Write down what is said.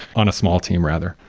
on a small team rather,